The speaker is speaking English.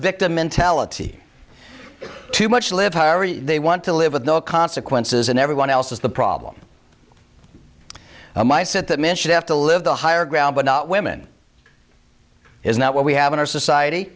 victim mentality too much live they want to live with no consequences and everyone else is the problem my set that men should have to live the higher ground but not women is not what we have in our society